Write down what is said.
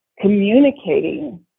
communicating